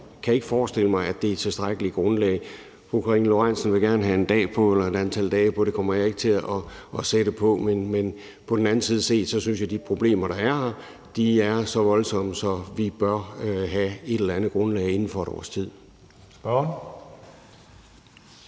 jeg kan ikke forestille mig, at det er et tilstrækkeligt grundlag. Fru Karina Lorentzen Dehnhardt vil gerne have et antal dage på, og det kommer jeg ikke til at sætte på, men på den anden side synes jeg, at de problemer, der er her, er så voldsomme, at vi bør have et eller andet grundlag inden for et års tid.